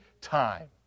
time